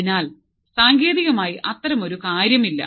അതിനാൽ സാങ്കേതികമായി അത്തരമൊരു കാര്യമില്ല